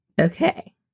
Okay